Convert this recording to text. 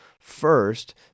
First